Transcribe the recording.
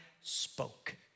spoke